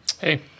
Hey